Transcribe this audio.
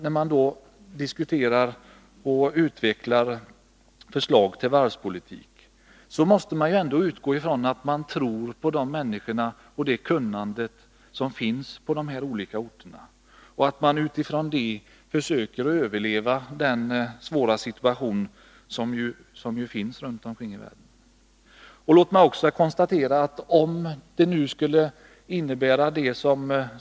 När man diskuterar och utvecklar förslag till varvspolitik måste man ändå utgå ifrån att man tror på de människor och det kunnande som finns på de här olika orterna. Utifrån detta får man försöka överleva den svåra situation som råder i världen just nu.